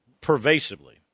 pervasively